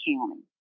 County